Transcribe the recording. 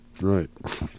right